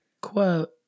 Quote